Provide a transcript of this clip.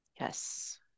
Yes